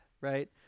right